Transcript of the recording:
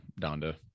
Donda